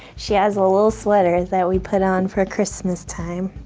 she has a little sweater that we put on for christmas-time.